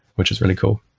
which is really cool.